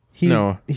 No